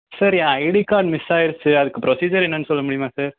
sir என் ID card miss ஆகிருச்சி அதுக்கு ப்ரொசிஜர் என்னென்னு சொல்ல முடியுமா சார்